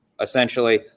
essentially